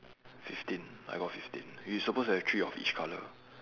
fifteen I got fifteen you supposed to have three of each colour